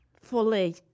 Fully